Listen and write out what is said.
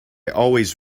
always